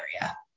area